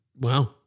Wow